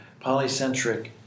polycentric